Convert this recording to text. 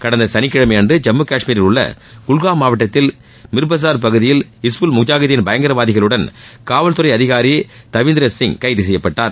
கடந்த சனிக்கிழமை அன்று ஜம்மு கஷ்மீரில் உள்ள குல்காம் மாவட்டத்தில் மிர்பஸார் பகுதியில் இஸ்புல் முஜாகிதின் பயங்கரவாதிகளுடன் காவல் துறை அதிகாரி தவீந்திரசிங் கைது செய்யப்பட்டார்